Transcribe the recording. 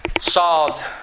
solved